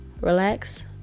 relax